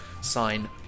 sign